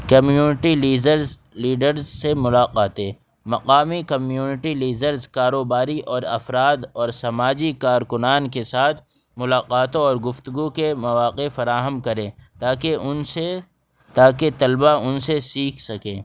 community leaders leaders سے ملاقاتیں مقامی کمیونٹی لیزرز کاروباری اور افراد اور سماجی کارکنان کے ساتھ ملاقاتوں اور گفتگو کے مواقع فراہم کریں تاکہ ان سے تاکہ طلبا ان سے سیکھ سکیں